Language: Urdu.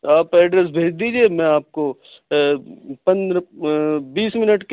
آپ ایڈریس بھیج دیجیے میں آپ کو بیس منٹ کے